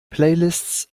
playlists